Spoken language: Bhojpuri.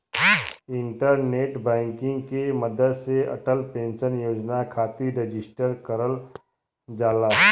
इंटरनेट बैंकिंग के मदद से अटल पेंशन योजना खातिर रजिस्टर करल जाला